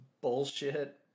bullshit